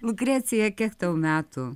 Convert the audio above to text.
lukrecija kiek tau metų